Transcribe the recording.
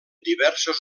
diverses